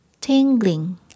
tingling